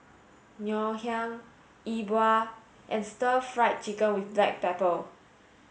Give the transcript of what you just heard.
Ngoh Hiang Yi Bua and stir fried chicken with black pepper